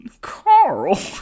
Carl